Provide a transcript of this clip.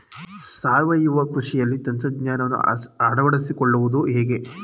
ಸಾವಯವ ಕೃಷಿಯಲ್ಲಿ ತಂತ್ರಜ್ಞಾನವನ್ನು ಅಳವಡಿಸಿಕೊಳ್ಳುವುದು ಹೇಗೆ?